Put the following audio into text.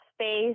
space